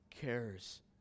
cares